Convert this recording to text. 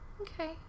Okay